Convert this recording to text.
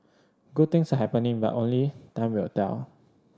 good things are happening but only time will tell